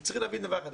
צריכים להבין דבר אחד,